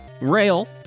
Rail